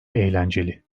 eğlenceli